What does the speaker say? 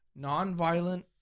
nonviolent